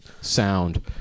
sound